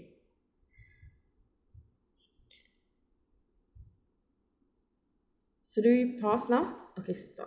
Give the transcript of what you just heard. should we pause now okay stop